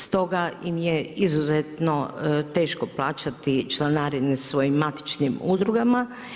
Stoga im je izuzetno teško plaćati članarine svojim matičnim udrugama.